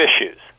issues